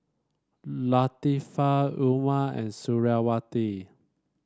Latifa Umar and Suriawati